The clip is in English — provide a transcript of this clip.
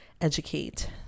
educate